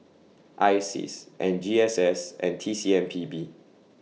I Seas and G S S and T C M P B